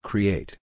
Create